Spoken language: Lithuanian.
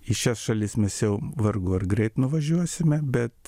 į šias šalis mes jau vargu ar greit nuvažiuosime bet